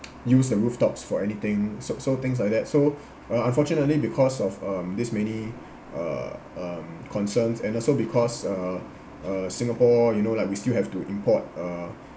use the rooftops for anything so so things like that so uh unfortunately because of um these many uh um concerns and also because uh uh singapore you know like we still have to import uh